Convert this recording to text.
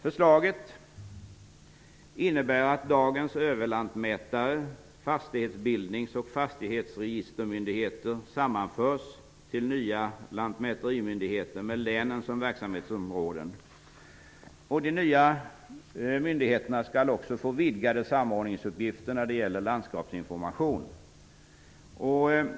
Förslaget innebär att dagens överlantmätar-, fastighetsbildnings och fastighetsregistermyndigheter sammanförs till nya lantmäterimyndigheter med länen som verksamhetsområden. De nya myndigheterna skall också få vidgade samordningsuppgifter när det gäller landskapsinformation.